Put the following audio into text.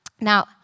Now